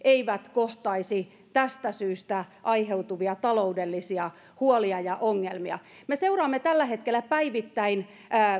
eivät kohtaisi tästä syystä aiheutuvia taloudellisia huolia ja ongelmia me seuraamme tällä hetkellä päivittäin